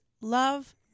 love